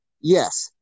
yes